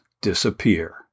disappear